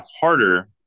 harder